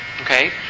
okay